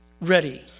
ready